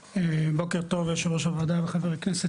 בוקר טוב יושב ראש הוועדה וחבר הכנסת,